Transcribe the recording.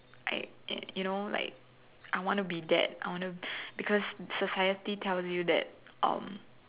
I and you know like I want to be that I want to because society tells you that um